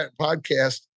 podcast